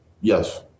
yes